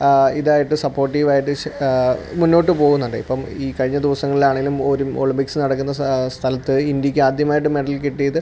ഇതായിട്ട് സപ്പോട്ടീവ് ആയിട്ട് ശ മുന്നോട്ടു പോകുന്നുണ്ട് ഇപ്പം ഈ കഴിഞ്ഞ ദിവസങ്ങളിലാണെങ്കിലും ഒരു ഒളിമ്പിക്സ് നടക്കുന്ന സ സ്ഥലത്ത് ഇന്ത്യക്കാദ്യമായിട്ട് മെഡൽ കിട്ടിയിത്